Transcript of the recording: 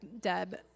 Deb